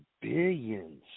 billions